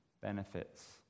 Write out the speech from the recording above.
benefits